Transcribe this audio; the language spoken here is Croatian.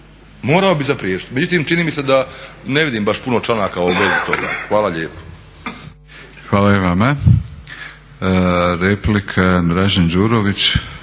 Morao bi zapriječiti, međutim čini mi se da ne vidim baš puno članaka u vezi toga. Hvala lijepo. **Batinić, Milorad (HNS)** Hvala i vama. Replika, Dražen Đurović